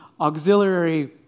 auxiliary